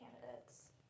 candidates